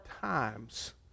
times